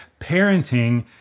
parenting